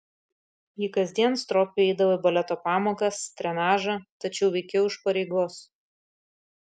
ji kasdien stropiai eidavo į baleto pamokas trenažą tačiau veikiau iš pareigos